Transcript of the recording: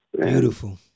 Beautiful